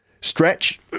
stretch